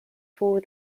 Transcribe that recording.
for